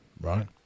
right